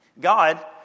God